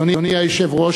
אדוני היושב-ראש,